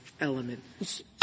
element